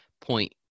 point